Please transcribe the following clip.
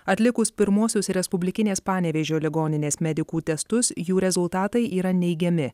atlikus pirmuosius respublikinės panevėžio ligoninės medikų testus jų rezultatai yra neigiami